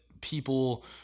people